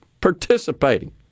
participating